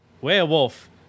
Werewolf